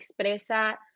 expresa